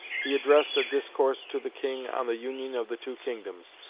he addressed a discourse to the king on the union of the two kingdoms,